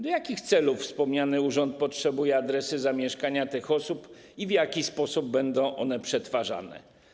Do jakich celów wspomniany urząd potrzebuje adresów zamieszkania tych osób i w jaki sposób te dane będą one przetwarzane?